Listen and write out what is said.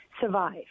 survive